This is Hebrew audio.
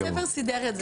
בית הספר סידר את זה.